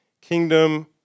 kingdom